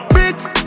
Bricks